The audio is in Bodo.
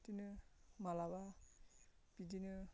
बिदिनो माब्लाबा बिदिनो